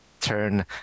turn